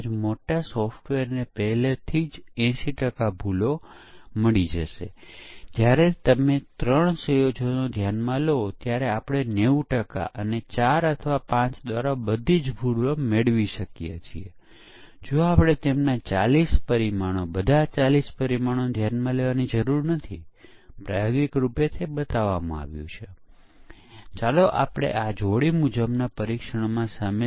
કેમ રેન્ડમ ઇનપુટ્સની 10000 કિંમતો ન આપી શકાય જે વધુ સમય અસરકારક રહેશે એક કલાકમાં આપણે 1000 ઇનપુટ્સ આપી શકીએ છીએ આપણે 5 જુદા જુદા પરીક્ષકોને ઇનપુટ્સ આપવાનું ચાલુ રાખવા માટે કહીશું